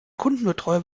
kundenbetreuer